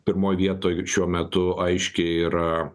pirmoj vietoj šiuo metu aiškiai yra